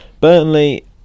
Burnley